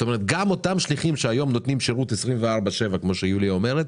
גם אותם שליחים שהיום נותנים שירות 24/7 כמו שיוליה אומרת,